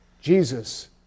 Jesus